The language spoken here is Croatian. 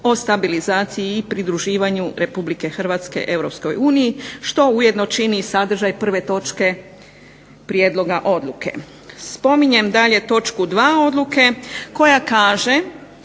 o stabilizaciji i pridruživanju Republike Hrvatske Europskoj uniji što ujedno čini i sadržaj prve točke prijedloga odluke. Spominjem dalje točku 2. odluke koja kaže